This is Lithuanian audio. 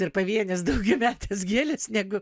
ir pavienės daugiametės gėlės negu